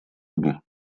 ему